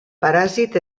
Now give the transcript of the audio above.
paràsit